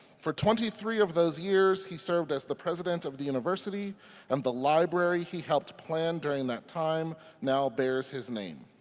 for twenty three of those years he served as the president of the university and the library he helped plan during that time now bears his name.